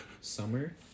summer